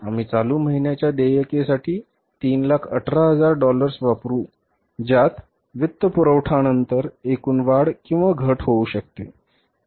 आम्ही चालू महिन्याच्या देयकेसाठी 318000 डॉलर्स वापरू ज्यात वित्तपुरवठाानंतर एकूण वाढ घट होऊ शकते